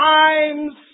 times